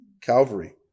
Calvary